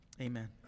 Amen